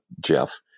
Jeff